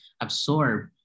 absorb